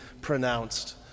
pronounced